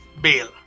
bail